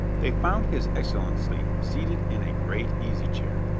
they found his excellency seated in a great easy-chair,